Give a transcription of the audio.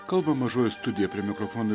kalba mažoji studija prie mikrofono